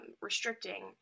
restricting